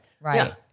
Right